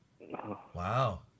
Wow